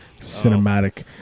cinematic